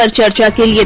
like jerry ah king yeah